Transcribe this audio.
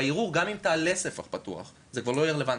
בערעור גם אם תעלה ספח פתוח זה כבר לא יהיה רלוונטי.